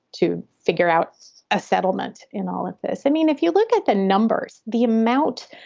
to figure out a settlement in all of this. i mean, if you look at the numbers, the amount,